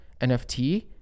nft